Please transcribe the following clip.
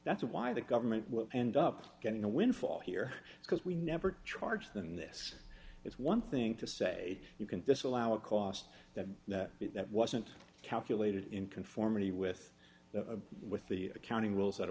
that's why the government will end up getting a windfall here because we never charge them this is one thing to say you can disallow it cost them but that wasn't calculated in conformity with the with the accounting rules that